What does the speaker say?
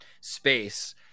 space